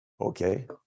Okay